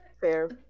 Fair